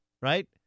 Right